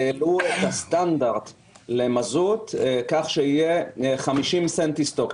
העלו את הסטנדרט למזוט כך שיהיה 50 סנטוסטוק,